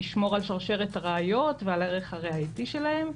שישמור על שרשרת הראיות ועל הערך הראייתי שלהן,